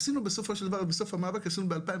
עשינו בסופו של דבר בסוף המאבק ב-2019,